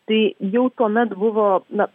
tai jau tuomet buvo na